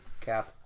Cap